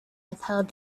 withheld